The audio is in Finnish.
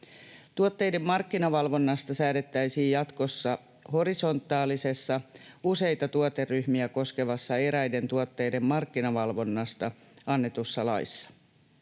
Tuotteiden markkinavalvonnasta säädettäisiin jatkossa horisontaalisessa, useita tuoteryhmiä koskevassa eräiden tuotteiden markkinavalvonnasta annetussa laissa.